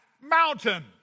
mountain